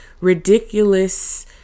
ridiculous